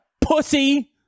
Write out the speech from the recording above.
Pussy